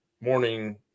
morning